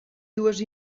dues